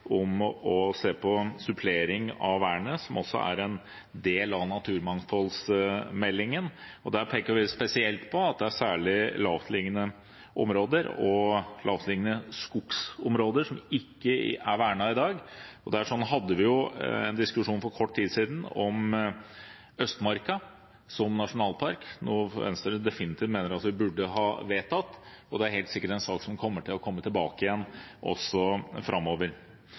å se på supplering av vernet, som er en del av naturmangfoldmeldingen, og der peker vi spesielt på at det er særlig lavtliggende områder og lavtliggende skogsområder som ikke er vernet i dag. Der hadde vi også en diskusjon for kort tid siden om Østmarka som nasjonalpark, noe Venstre definitivt mener at vi burde ha vedtatt. Det er en sak vi helt sikkert kommer til å komme tilbake til framover.